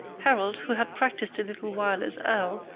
harold, who had practised a little while as earl,